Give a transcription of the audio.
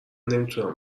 نمیتونم